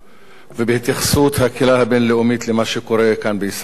ובהתייחסות הקהילה הבין-לאומית למה שקורה כאן בישראל.